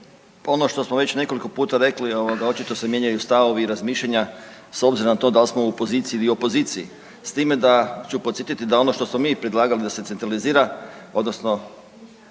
Ono što smo već nekoliko puta rekli, očito se mijenjaju stavovi i razmišljanja s obzirom na to da li smo u poziciji ili opoziciji s time da ću podsjetiti da ono što smo mi predlagali da se centralizira, odnosno